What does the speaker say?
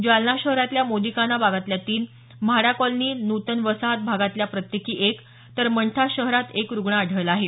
जालना शहरातल्या मोदीखाना भागातल्या तीन म्हाडा कॉलनी नूतन वसाहत भागातल्या प्रत्येकी एक तर मंठा शहरात एक रुग्ण आढळला आहे